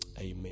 amen